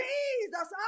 Jesus